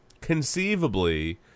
conceivably